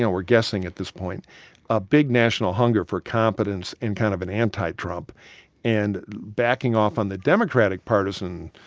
and we're guessing at this point a big national hunger for competence in kind of an anti-trump and backing off on the democratic partisan,